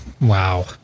Wow